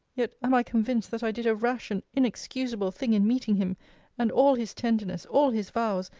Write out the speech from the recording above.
yet am i convinced that i did a rash and inexcusable thing in meeting him and all his tenderness, all his vows,